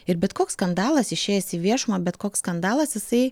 ir bet koks skandalas išėjęs į viešumą bet koks skandalas jisai